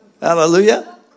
Hallelujah